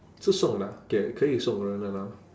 是送的啊给可以送人的啦